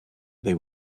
they